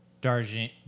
Darjeeling